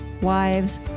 wives